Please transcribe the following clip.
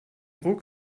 ruck